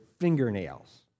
fingernails